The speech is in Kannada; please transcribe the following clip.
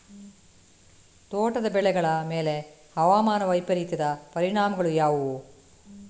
ತೋಟದ ಬೆಳೆಗಳ ಮೇಲೆ ಹವಾಮಾನ ವೈಪರೀತ್ಯದ ಪರಿಣಾಮಗಳು ಯಾವುವು?